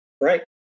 right